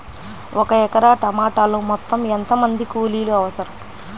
ఒక ఎకరా టమాటలో మొత్తం ఎంత మంది కూలీలు అవసరం?